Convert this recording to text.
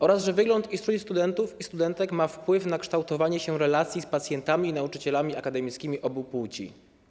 Oraz że wygląd i strój studentów i studentek mają wpływ na kształtowanie się relacji z pacjentami i nauczycielami akademickimi obu płci.